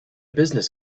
business